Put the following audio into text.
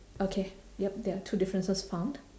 okay yup there are two differences found